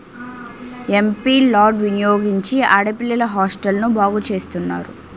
MP lad వినియోగించి ఆడపిల్లల హాస్టల్ను బాగు చేస్తున్నారు